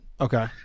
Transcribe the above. Okay